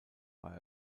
war